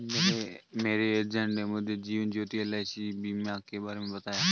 मेरे एजेंट ने मुझे जीवन ज्योति एल.आई.सी बीमा के बारे में बताया